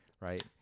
right